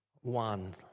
one